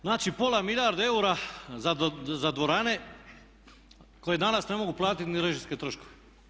Znači, pola milijarde eura za dvorane koje danas ne mogu platit ni režijske troškove.